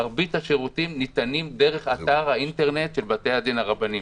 מרבית השירותים ניתנים דרך אתר האינטרנט של בתי-הדין הרבניים.